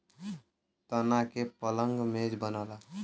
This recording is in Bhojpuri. तना के पलंग मेज बनला